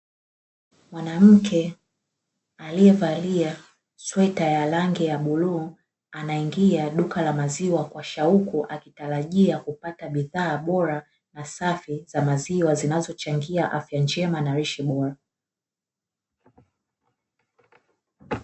Mwanamke aliyevalia sweta la rangi ya bluu, anaingia duka la maziwa kwa shauku, akitarajia kupata bidhaa bora na safi za maziwa zinazochangia afya njema na lishe bora.